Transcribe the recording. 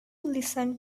listen